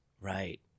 right